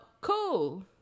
cool